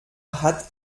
hat